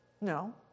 no